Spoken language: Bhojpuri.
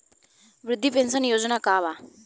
वृद्ध पेंशन योजना का बा?